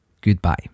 goodbye